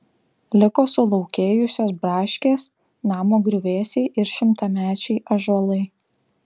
liko sulaukėjusios braškės namo griuvėsiai ir šimtamečiai ąžuolai